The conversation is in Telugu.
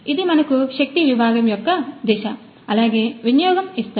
ఇది మనకు శక్తి విభాగం యొక్క దిశ అలాగే వినియోగం ఇస్తాయి